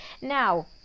now